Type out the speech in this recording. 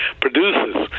produces